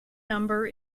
number